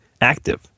active